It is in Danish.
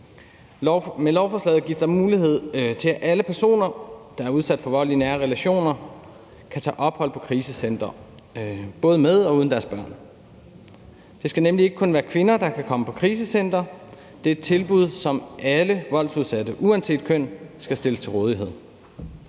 Med lovforslaget gives der mulighed for, at alle personer, der er udsat for vold i nære relationer, kan tage på ophold i krisecentre, både med og uden deres børn. Det skal nemlig ikke kun være kvinder, der kan komme på krisecentre. Det er et tilbud, som alle voldsudsatte uanset køn skal stilles til rådighed.